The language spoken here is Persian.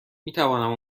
میتوانم